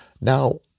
Now